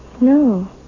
No